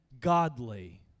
godly